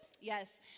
yes